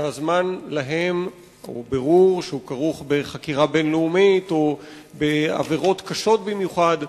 שדורשים בירור שכרוך בחקירה בין-לאומית או בעבירות קשות במיוחד,